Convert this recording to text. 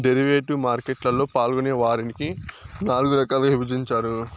derivative market లలో పాల్గొనే వారిని నాల్గు రకాలుగా విభజించారు